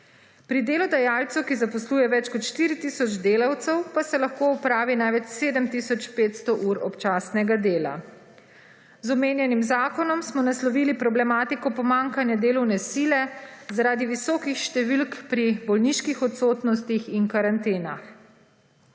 Pri delodajalcu, ki zaposluje več kot 4 tisoč delavcev pa se lahko opravi največ 7 tisoč 500 ur občasnega dela. Z omenjenim zakonom smo naslovili problematiko pomanjkanja delovne sile, zaradi visokih številk pri bolniških odsotnostih in karantenah.